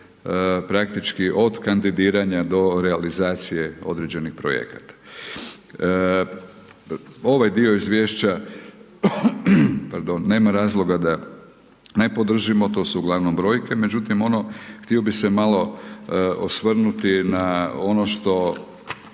praktički od kandidiranja do realizacije određenih projekata. Ovaj dio izvješća, pardon, nema razloga da ne podržimo to su uglavnom brojke, međutim ono htio bi se malo osvrnuti na ono što